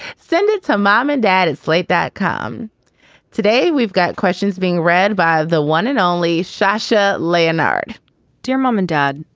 send it to mom and dad at slate that come today. we've got questions being read by the one and only shasha leonhard dear mom and dad,